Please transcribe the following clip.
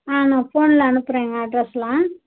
ஆ நான் ஃபோனில் அனுப்புறேங்க அட்ரஸ்லாம்